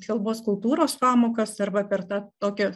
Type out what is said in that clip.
kalbos kultūros pamokas arba per tą tokią